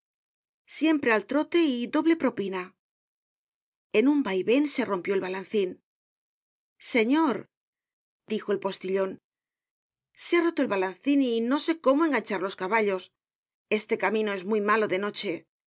siempre al trote y doble propina en un vaiven se rompió el balancin señor dijo el postillon se ha roto el balancin y no se cómo enganchar los caballos este camino es muy malo de noche